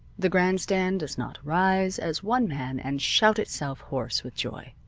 the grandstand does not rise as one man and shout itself hoarse with joy.